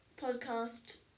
podcast